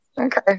Okay